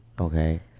Okay